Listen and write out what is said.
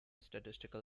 statistical